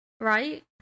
right